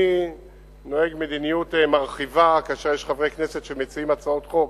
אני נוהג מדיניות מרחיבה כאשר חברי כנסת מציעים הצעות חוק